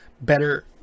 better